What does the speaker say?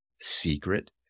secret